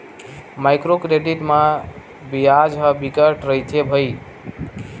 micro credit म बियाज ह बिकट रहिथे भई